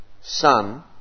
Son